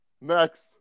Next